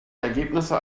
ergebnisse